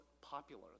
popular